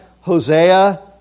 Hosea